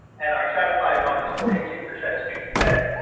and are stratified one was forty two percent of students said,